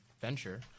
venture